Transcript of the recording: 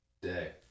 day